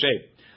shape